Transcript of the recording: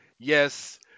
Yes